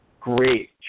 great